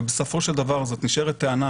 ובסופו של דבר זאת נשארת טענה